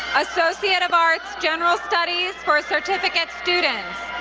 associate of arts, general studies for certificate students,